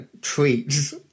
treats